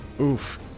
Oof